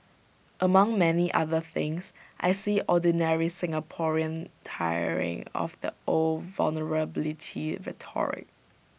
among many other things I see ordinary Singaporean tiring of the old vulnerability rhetoric